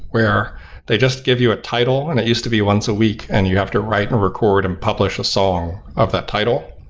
where they just give you a title, and it used to be once a week, and you have to write and record and publish a song of that title.